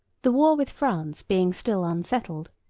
the war with france being still unsettled,